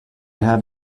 have